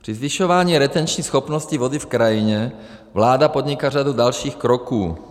Při zvyšování retenční schopnosti vody v krajině vláda podnikla řadu dalších kroků.